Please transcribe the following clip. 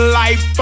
life